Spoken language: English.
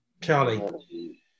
Charlie